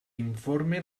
informe